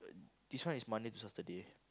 this one is Monday to Saturday